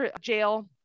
jail